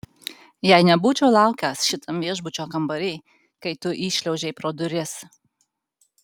jei nebūčiau laukęs šitam viešbučio kambary kai tu įšliaužei pro duris